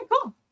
Cool